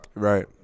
Right